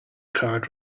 card